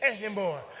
anymore